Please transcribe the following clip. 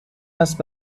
است